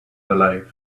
alive